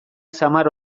samar